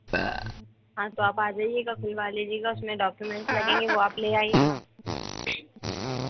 हाँ तो आप आ जाइएगा खुलवा लीजिएगा उसमें डॉक्युमेंट्स लगेंगे वो आप ले आइएगा